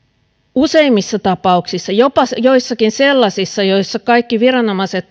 useimmissa tapauksissa jopa joissakin sellaisissa joissa kaikki viranomaiset